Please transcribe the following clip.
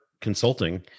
consulting